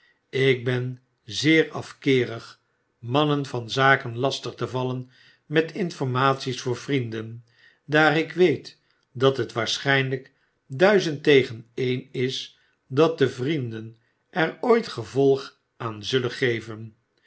ik ben zeer afkeerig mannen van zaken lastig te vallen met informaties voor vrienden daar ik weet dat het waarschyulyk duizend tegen een is dat de vrienden er ooit gevolg aan zullen geven